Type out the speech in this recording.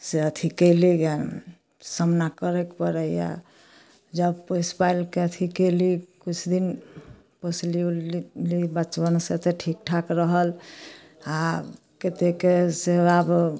से अथी कएलीगै सामना करैके पड़ै हइ जब पोसिपालिके अथी कएली किछु दिन पोसली उसली बचपनसँ तऽ ठीक ठाक रहल आओर कतेक सेवा